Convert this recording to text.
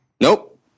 Nope